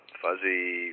fuzzy